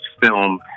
film